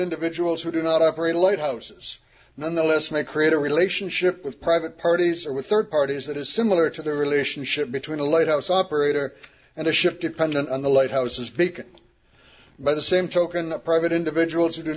individuals who do not operate lighthouses nonetheless may create a relationship with private parties or with rd parties that is similar to the relationship between a lighthouse operator and a ship dependent on the lighthouses speak by the same token the private individuals who do